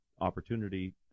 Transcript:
opportunity